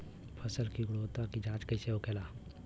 फसल की गुणवत्ता की जांच कैसे होखेला?